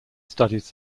studies